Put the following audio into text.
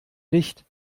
nicht